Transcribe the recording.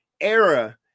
era